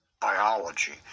biology